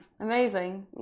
Amazing